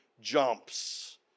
jumps